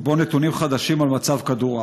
ובו נתונים חדשים על מצב כדור הארץ.